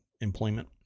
employment